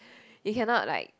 you cannot like